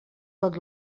tot